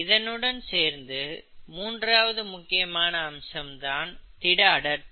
இதனுடன் சேர்ந்து மூன்றாவது முக்கியமான அம்சம் தான் திட அடர்த்தி